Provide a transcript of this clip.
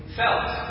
felt